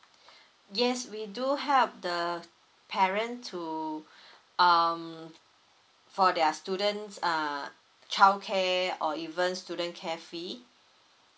yes we do help the parent to um for their students ah childcare or even student care fee